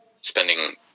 spending